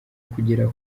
kugera